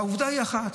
והעובדה היא אחת,